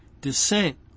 descent